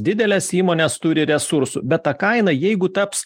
didelės įmonės turi resursų bet ta kaina jeigu taps